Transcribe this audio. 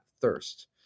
thirst